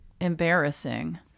embarrassing